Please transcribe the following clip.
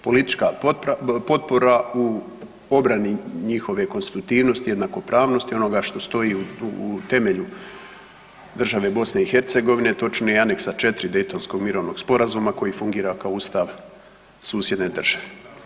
Politička potpora u obrani konstitutivnosti, jednakopravnosti, onoga što stoji u temelju države BiH točnije Aneksa 4 Dejtonskog mirovnog sporazuma koji fungira kao ustav susjedne države.